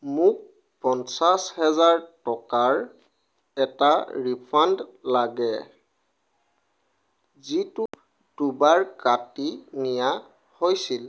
মোক পঞ্চাছ হেজাৰ টকাৰ এটা ৰিফাণ্ড লাগে যিটো দুবাৰ কাটি নিয়া হৈছিল